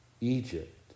Egypt